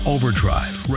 Overdrive